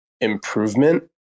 improvement